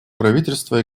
правительства